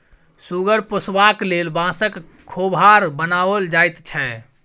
सुगर पोसबाक लेल बाँसक खोभार बनाओल जाइत छै